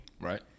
Right